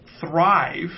thrive